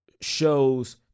shows